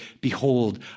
Behold